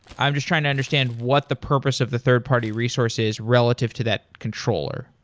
i'm just trying to understand what the purpose of the third-party resource is relative to that controller.